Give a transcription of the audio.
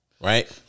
Right